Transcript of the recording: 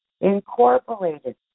Incorporated